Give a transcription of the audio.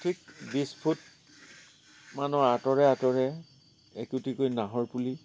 ঠিক বিছফুট মানৰ আঁতৰে আঁতৰে একোটিকৈ নাহৰ পুলি